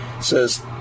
says